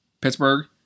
Pittsburgh